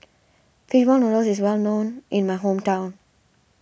Fish Ball Noodles is well known in my hometown